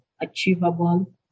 achievable